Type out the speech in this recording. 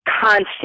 constant